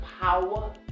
power